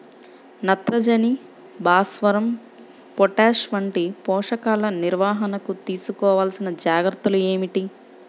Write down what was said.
నత్రజని, భాస్వరం, పొటాష్ వంటి పోషకాల నిర్వహణకు తీసుకోవలసిన జాగ్రత్తలు ఏమిటీ?